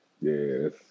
Yes